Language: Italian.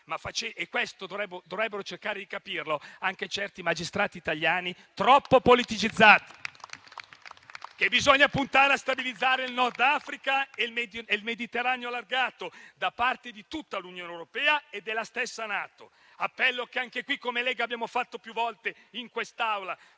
questo dovrebbero cercare di capirlo anche certi magistrati italiani troppo politicizzati. Bisogna puntare a stabilizzare il Nord Africa e il Mediterraneo allargato, da parte di tutta l'Unione europea e della stessa NATO: è un appello che, come Lega, abbiamo fatto più volte anche in quest'Aula